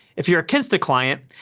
if you're a kinsta client,